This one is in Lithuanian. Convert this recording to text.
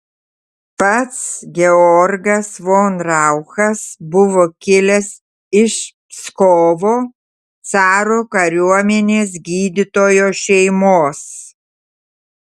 pats georgas von rauchas buvo kilęs iš pskovo caro kariuomenės gydytojo šeimos